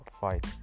fight